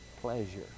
pleasure